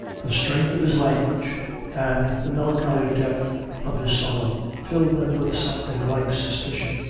the strength of his language and the melancholy depth of his sorrow, filled them with something like suspicion.